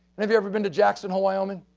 any of you ever been to jackson hole wyoming?